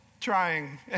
trying